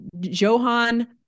Johan